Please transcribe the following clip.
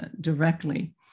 directly